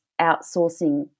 outsourcing